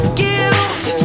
guilt